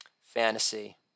fantasy